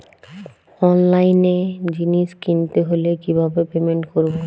অনলাইনে জিনিস কিনতে হলে কিভাবে পেমেন্ট করবো?